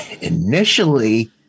initially